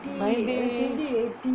nineteen